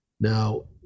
now